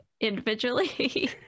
individually